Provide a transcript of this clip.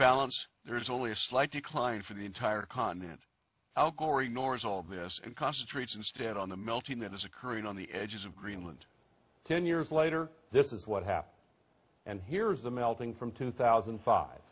balance there is only a slight decline for the entire continent al gore ignores all this and concentrates instead on the melting that is occurring on the edges of greenland ten years later this is what happened and here is the melting from two thousand